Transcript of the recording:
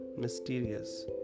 mysterious